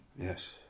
yes